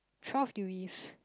twelve degrees